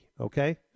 Okay